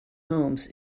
homes